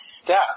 step